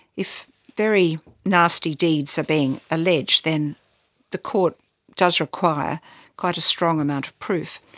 if very nasty deeds are being alleged, then the court does require quite a strong amount of proof,